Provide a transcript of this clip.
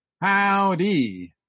Howdy